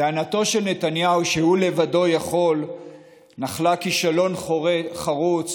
טענתו של נתניהו שהוא לבדו יכול נחלה כישלון חרוץ